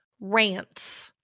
rants